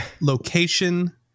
location